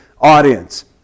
audience